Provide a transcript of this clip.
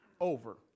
over